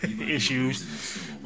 issues